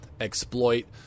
exploit